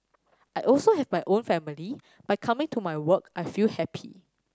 I also have my own family but coming to my work I feel happy